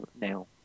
now